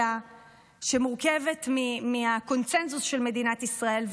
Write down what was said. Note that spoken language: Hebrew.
אלא שמורכבת מהקונסנזוס של מדינת ישראל.